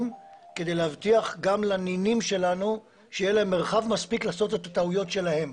כדי להבטיח שגם לנינים שלנו יהיה מרחב מספיק לעשות את הטעויות שלהם.